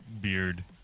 beard